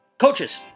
coaches